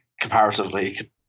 comparatively